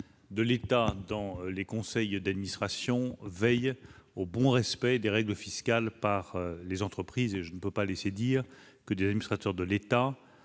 de l'État dans les conseils d'administration veillent au respect des règles fiscales par les entreprises. Je ne peux pas laisser dire que des administrateurs de l'État